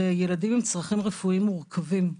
ילדים עם צרכים רפואיים מורכבים.